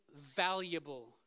valuable